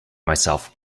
myself